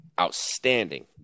outstanding